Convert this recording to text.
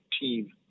team